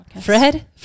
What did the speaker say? Fred